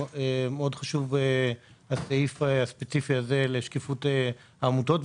מאוד חשוב הסעיף הספציפי הזה לשקיפות העמותות,